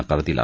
नकार दिला